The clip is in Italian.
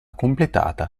completata